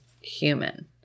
human